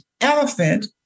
elephant